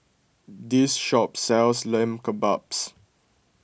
this shop sells Lamb Kebabs